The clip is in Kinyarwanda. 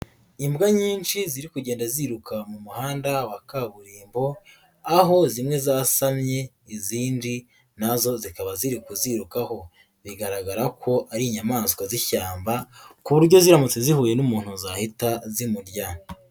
Imbwa nyinshi ziri kugenda ziruka mu muhanda wa kaburimbo, aho zimwe zasamye izindi na zo zikaba ziri kuzirukaho, bigaragara ko ari inyamaswa z'ishyamba ku buryo ziramutse zihuye n'umuntu zahita zimurya.